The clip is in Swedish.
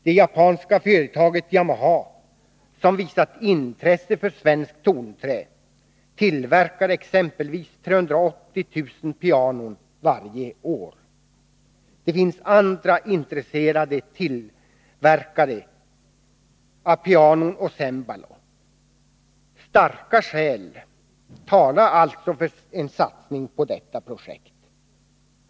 Det japanska företaget Yamaha, som visat intresse för svenskt tonträ, tillverkar exempelvis 380 000 pianon varje år. Det finns andra intresserade tillverkare av pianon och cembalor. Starka skäl talar alltså för en satsning på detta projekt.